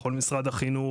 יכול משרד החינוך,